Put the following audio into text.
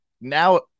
now